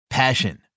Passion